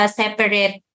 separate